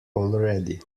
already